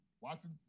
watching